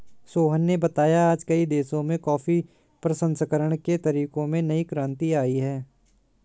सोहन ने बताया आज कई देशों में कॉफी प्रसंस्करण के तरीकों में नई क्रांति आई है